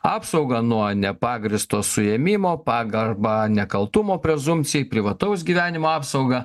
apsaugą nuo nepagrįsto suėmimo pagarbą nekaltumo prezumpcijai privataus gyvenimo apsaugą